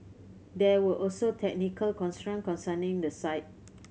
there were also technical constraint concerning the site